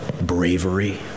bravery